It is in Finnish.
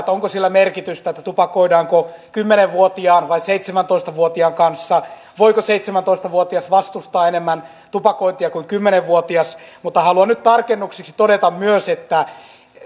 onko sillä merkitystä tupakoidaanko kymmenen vuotiaan vai seitsemäntoista vuotiaan kanssa voiko seitsemäntoista vuotias vastustaa enemmän tupakointia kuin kymmenen vuotias mutta haluan nyt tarkennukseksi todeta myös että